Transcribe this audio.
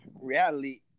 reality